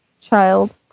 child